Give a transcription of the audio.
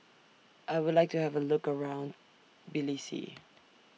I Would like to Have A Look around